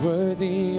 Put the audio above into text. Worthy